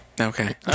Okay